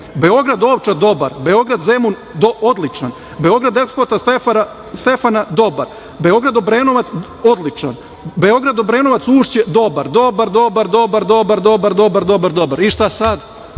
Beograd Ovča – dobar, Beograd Zemun – odličan, Beograd Despota Stefana – dobar, Beograd Obrenovac – odličan, Beograd Obrenovac Ušće – dobar, dobar, dobar, dobar, dobar, dobar, dobar, dobar. I šta sad? Evo,